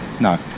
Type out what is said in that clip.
No